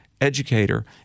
educator